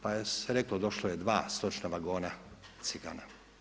Pa je se reklo došlo je dva stočna vagona Cigana.